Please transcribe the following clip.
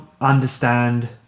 understand